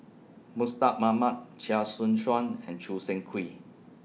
Mustaq Ahmad Chia Choo Suan and Choo Seng Quee